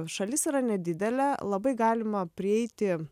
šalis yra nedidelė labai galima prieiti